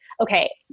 okay